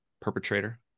perpetrator